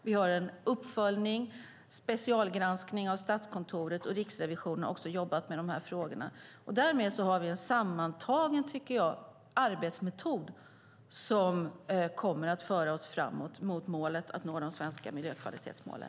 Vi har en uppföljning, en specialgranskning av Statskontoret. Riksrevisionen har också jobbat med de här frågorna. Därmed har vi, tycker jag, en sammantagen arbetsmetod som kommer att föra oss framåt mot målet att nå de svenska miljökvalitetsmålen.